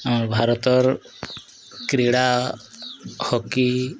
ଆମ ଭାରତର କ୍ରୀଡ଼ା ହକି